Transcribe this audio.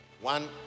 one